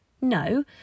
No